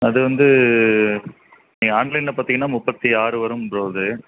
அது வந்து நீங்கள் ஆன்லைன்ல பார்த்திங்கன்னா முப்பத்தி ஆறு வரும் ப்ரோ அது